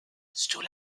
sur